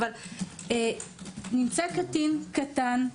אבל נמצא קטין קטן,